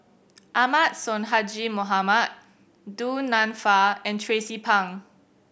Ahmad Sonhadji Mohamad Du Nanfa and Tracie Pang